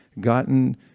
gotten